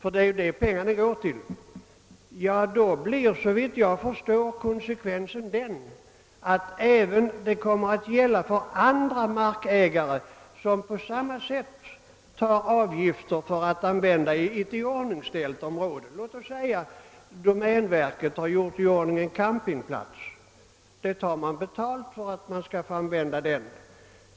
— ty det är ju sådant pengarna går till — då blir konsekvensen den att det kommer att gälla även andra markägare som på samma sätt tar avgifter för användande av ett iordningställt område. Låt oss säga att domänverket har iordningställt en campingplats och tar betalt för användandet av den.